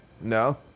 No